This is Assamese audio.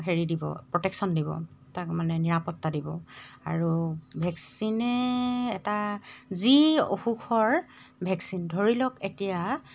হেৰি দিব প্ৰটেকশ্যন দিব তাক মানে নিৰাপত্তা দিব আৰু ভেকচিনে এটা যি অসুখৰ ভেকচিন ধৰি লওক এতিয়া